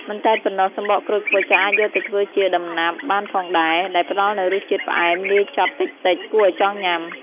មិនតែប៉ុណ្ណោះ សំបកក្រូចឃ្វិចក៏អាចយកទៅធ្វើជា ដំណាប់ បានផងដែរ ដែលផ្តល់នូវរសជាតិផ្អែមលាយចត់តិចៗ គួរឲ្យចង់ញ៉ាំ។